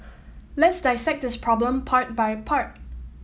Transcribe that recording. let's dissect this problem part by part